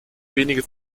wenige